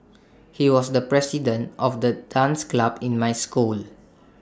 he was the president of the dance club in my school